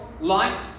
Light